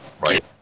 Right